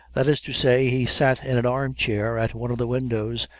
that is to say, he sat in an arm-chair at one of the windows,